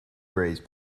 breeze